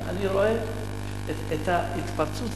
אני רואה את ההתפרצות הזאת.